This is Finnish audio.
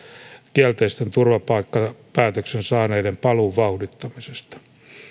kielteisen turvapaikkapäätöksen saaneiden paluun vauhdittamisesta